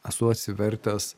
esu atsivertęs